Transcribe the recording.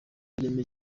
ireme